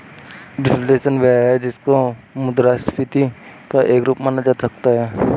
reflation वह है जिसको मुद्रास्फीति का एक रूप माना जा सकता है